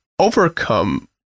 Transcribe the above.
overcome